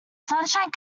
sunshine